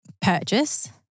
purchase